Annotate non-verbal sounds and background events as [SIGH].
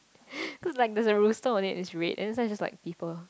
[BREATH] cause like there's a rooster on it it's red and then this one is just like people